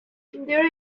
there